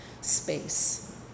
space